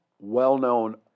Well-known